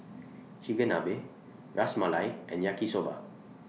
Chigenabe Ras Malai and Yaki Soba